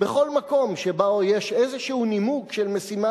בכל מקום שבו יש איזה נימוק של משימה